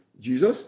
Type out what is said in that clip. Jesus